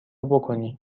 بکنی